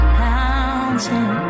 mountain